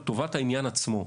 לטובת העניין עצמו.